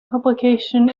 publication